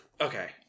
Okay